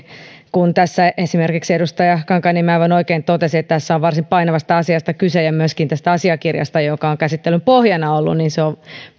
kun tässä esimerkiksi edustaja kankaanniemi aivan oikein totesi että tässä on varsin painavasta asiasta kyse ja myöskin tämä asiakirja joka on käsittelyn pohjana ollut on